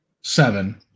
seven